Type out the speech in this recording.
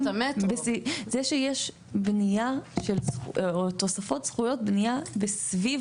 זה שיש בנייה או תוספות זכויות בנייה סביב